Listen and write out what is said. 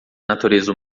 natureza